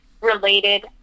related